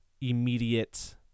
immediate